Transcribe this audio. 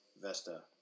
Vesta